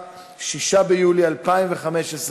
גם הוועדה שמונתה על-ידי המשרד ב-2006,